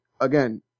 again